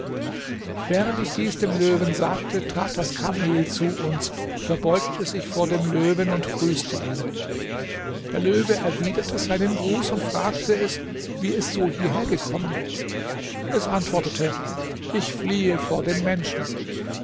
während ich dies dem löwen sagte trat das kamel zu uns verbeugte sich vor dem löwen und grüßte ihn der löwe erwiderte seinen gruß und fragte es wie es so hierhergekommen es antwortete ich fliehe vor dem menschen